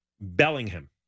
Bellingham